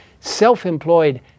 self-employed